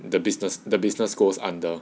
the business the business goes under